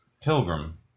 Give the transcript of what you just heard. Pilgrim